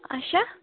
اَچھا